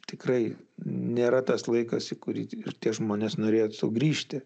tikrai nėra tas laikas į kurį ir tie žmonės norėti sugrįžti